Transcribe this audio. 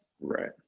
Right